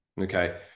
Okay